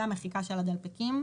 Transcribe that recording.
זאת המחיקה של הדלפקים,